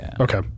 Okay